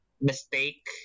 mistake